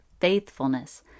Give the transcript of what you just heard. faithfulness